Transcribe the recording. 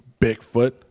Bigfoot